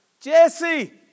Jesse